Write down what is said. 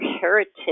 heritage